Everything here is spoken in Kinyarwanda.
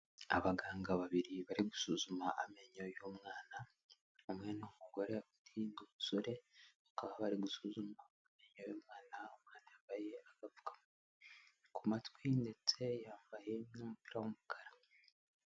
Abaganga babiri bari gusuzuma amenyo y'umwana, umwe ni umugore undi ni umusore, bakaba bari gusuzuma amenyo, uyu mwana yabaye agapfukamunwa ku matwi ndetse yambaye n'umupira w'umukara.